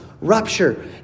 rupture